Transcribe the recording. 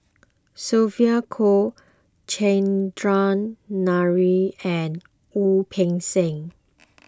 Sylvia Kho Chandran Nair and Wu Peng Seng